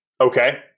Okay